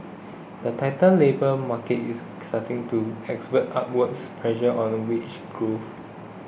the tighter labour market is starting to expert upwards pressure on a wage growth